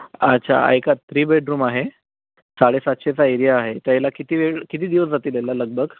अच्छा ऐका three bedroom आहे साडेसातशेचा एरिया आहे तर याला किती वेळ किती दिवस जातील याला लगभग